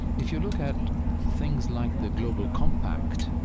if you look at things like the global compact,